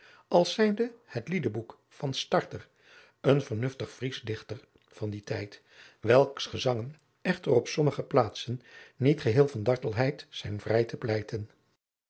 als zijnde het liedeboek van starter een vernuftig vriesch dichter van dien tijd welks gezangen echter op sommige plaatsen niet geheel van dartelheid zijn vrij te pleiten